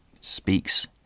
Speaks